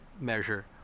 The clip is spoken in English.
measure